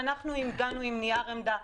אנחנו הגענו עם נייר עמדה.